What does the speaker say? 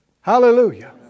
hallelujah